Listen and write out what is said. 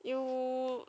you